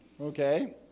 okay